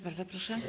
Bardzo proszę.